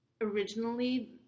Originally